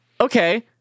okay